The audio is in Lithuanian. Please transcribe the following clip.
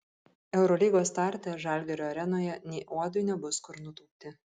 eurolygos starte žalgirio arenoje nė uodui nebus kur nutūpti